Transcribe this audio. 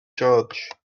george